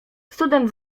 student